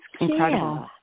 incredible